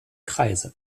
kreise